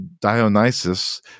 Dionysus